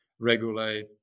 regulate